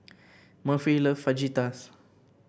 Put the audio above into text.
Murphy love Fajitas